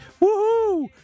Woohoo